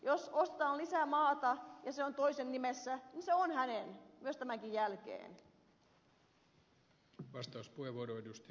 jos ostetaan lisää maata ja se on toisen nimissä niin se on hänen myös tämänkin jälkeen